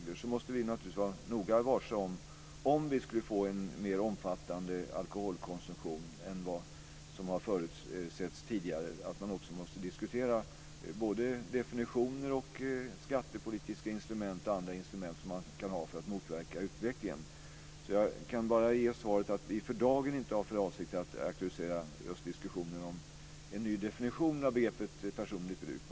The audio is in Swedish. I varje etapp måste vi naturligtvis vara noga varse att om vi skulle få en mer omfattande alkoholkonsumtion än vad som har förutsetts tidigare, måste vi diskutera definitioner, skattepolitiska instrument och andra verktyg som man kan ha för att motverka utvecklingen. Jag kan bara ge det svaret att vi inte för dagen har för avsikt att aktualisera diskussionen om en ny definition av begreppet personligt bruk.